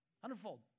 Hundredfold